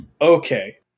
Okay